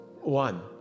one